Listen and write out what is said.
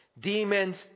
Demons